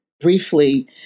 briefly